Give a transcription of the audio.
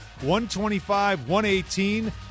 125-118